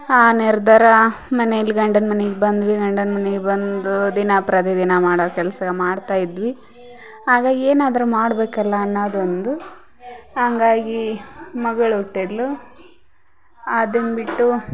ಆ ನಿರ್ಧಾರ ಮನೇಲಿ ಗಂಡನ ಮನಿಗೆ ಬಂದ್ವಿ ಗಂಡನ ಮನಿಗೆ ಬಂದೂ ದಿನ ಪ್ರತಿದಿನ ಮಾಡೋ ಕೆಲಸ ಮಾಡ್ತಾ ಇದ್ವಿ ಹಾಗಾಗಿ ಏನಾದರೂ ಮಾಡಬೇಕಲ್ಲಾ ಅನ್ನಾದು ಒಂದು ಹಾಗಾಗಿ ಮಗಳು ಹುಟ್ಟಿದ್ಲು ಅದನ್ನ ಬಿಟ್ಟು